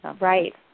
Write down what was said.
Right